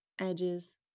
edges